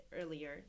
earlier